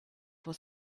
for